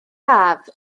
haf